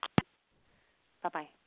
Bye-bye